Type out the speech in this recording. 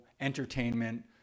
entertainment